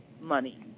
money